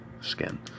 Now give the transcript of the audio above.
skin